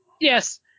yes